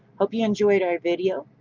hope you enjoyed our video,